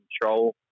control